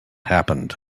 happened